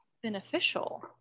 Beneficial